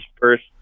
first